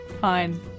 Fine